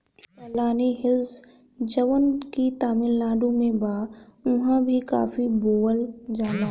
पलानी हिल्स जवन की तमिलनाडु में बा उहाँ भी काफी बोअल जाला